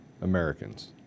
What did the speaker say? Americans